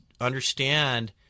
understand